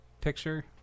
picture